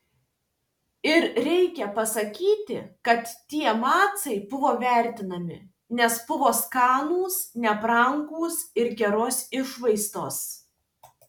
ir reikia pasakyti kad tie macai buvo vertinami nes buvo skanūs nebrangūs ir geros išvaizdos